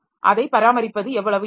அதை பராமரிப்பது எவ்வளவு எளிது